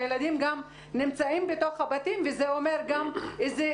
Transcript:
הילדים גם נמצאים בבתים וזה אומר שזה גם מגדיל